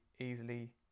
easily